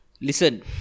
Listen